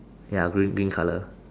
ya green green colour